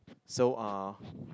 so uh